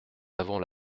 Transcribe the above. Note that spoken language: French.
avons